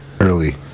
early